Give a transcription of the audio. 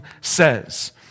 says